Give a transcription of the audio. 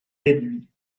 réduit